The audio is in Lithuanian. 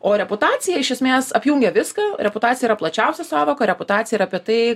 o reputacija iš esmės apjungia viską reputacija yra plačiausia sąvoka reputacija ir apie tai